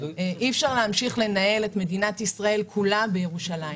אי אפשר להמשיך לנהל את מדינת ישראל כולה בירושלים.